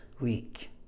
week